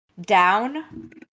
down